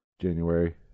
January